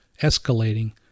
escalating